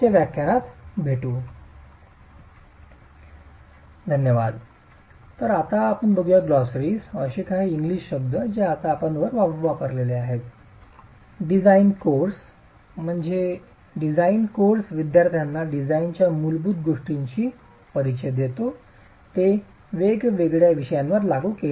पुढच्या व्याख्यानात भेटू